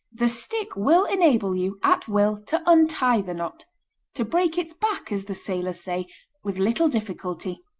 the stick will enable you, at will, to untie the knot to break its back, as the sailors say with little difficulty.